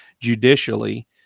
judicially